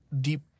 deep